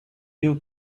you